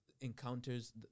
encounters